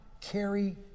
carry